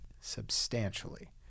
substantially